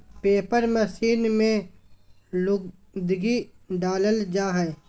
paper machine में लुगदी डालल जा हय